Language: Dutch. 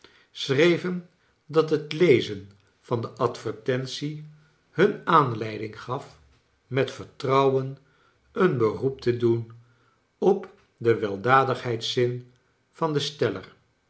schreven dat het lezen van de advertentie hun aanleiding gaf met vertrouwen een beroep te doen op den weldadigheidszin van den steller